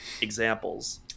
examples